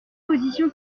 position